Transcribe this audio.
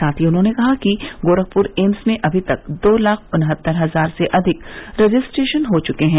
साथ ही उन्होंने कहा कि गोरखपुर एम्स में अनी तक दो लाख उन्हत्तर हजार से अधिक रजिस्ट्रेशन हो चुके हैं